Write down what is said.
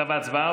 אתה בהצבעה?